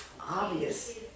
obvious